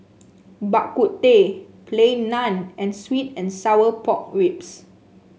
Bak Kut Teh Plain Naan and sweet and Sour Pork Ribs